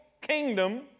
kingdom